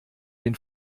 den